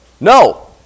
No